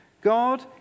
God